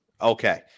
Okay